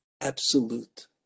absolute